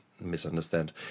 misunderstand